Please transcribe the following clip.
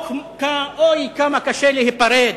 אוי, כמה קשה להיפרד.